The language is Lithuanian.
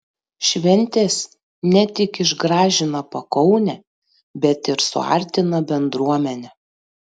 šventės ne tik išgražina pakaunę bet ir suartina bendruomenę